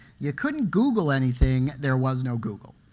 you couldn't google anything. there was no google.